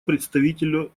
представителю